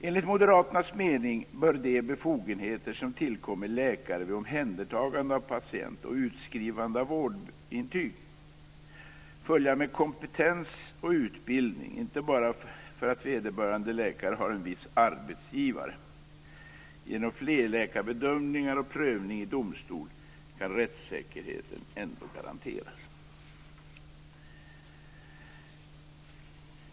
Enligt moderaternas mening bör de befogenheter som tillkommer läkare vid omhändertagande av patient, och utskrivande av vårdintyg, följa med kompetens och utbildning inte bara därför att vederbörande läkare har en viss arbetsgivare. Genom flerläkarbedömningar och prövning i domstol kan rättssäkerheten ändå garanteras.